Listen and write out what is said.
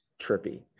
trippy